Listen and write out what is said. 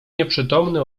nieprzytomny